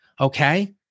okay